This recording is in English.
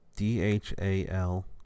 D-H-A-L